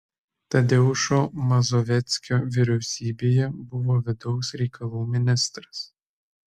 tadeušo mazoveckio vyriausybėje buvo vidaus reikalų ministras